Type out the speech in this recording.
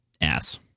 ass